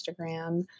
Instagram